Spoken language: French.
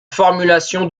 formulation